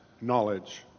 knowledge